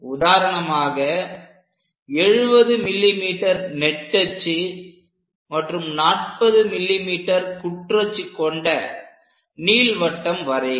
உதாரணமாக 70 mm நெட்டச்சு மற்றும் 40 mm குற்றச்சு கொண்ட நீள் வட்டம் வரைக